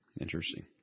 Interesting